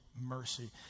mercy